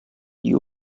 you